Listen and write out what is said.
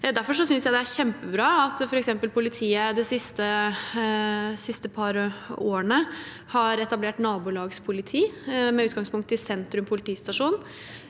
Jeg synes derfor det er kjempebra at f.eks. politiet de siste par årene har etablert nabolagspoliti med utgangspunkt i Sentrum politistasjon.